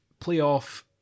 playoff